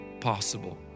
possible